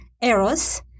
eros